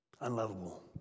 Unlovable